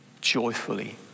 joyfully